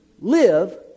live